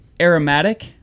aromatic